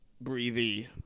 breathy